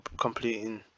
Completing